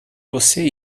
você